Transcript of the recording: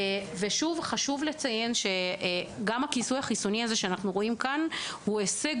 חשוב לציין שגם הכיסוי החיסוני שאנחנו רואים כאן הוא הישג